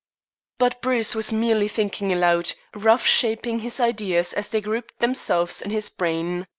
but bruce was merely thinking aloud rough-shaping his ideas as they grouped themselves in his brain.